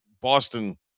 Boston